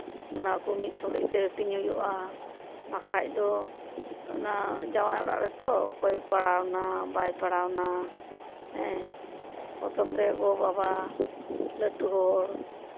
ᱚᱱᱟ ᱠᱚ ᱢᱤᱫ ᱥᱚᱸᱜᱮᱫ ᱛᱮ ᱦᱟᱹᱴᱤᱧ ᱦᱩᱭᱩᱜᱼᱟ ᱵᱟᱠᱷᱟᱱ ᱫᱚ ᱚᱱᱟ ᱡᱟᱶᱟᱭ ᱚᱲᱟᱜ ᱨᱮᱛᱚ ᱚᱠᱚᱭ ᱯᱟᱲᱟᱣᱱᱟ ᱵᱟᱭ ᱯᱟᱲᱟᱣᱱᱟ ᱦᱮᱸ ᱯᱨᱚᱛᱷᱚᱢ ᱨᱮ ᱜᱚᱼᱵᱟᱵᱟ ᱞᱟᱹᱴᱩ ᱦᱚᱲ